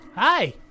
Hi